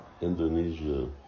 Indonesia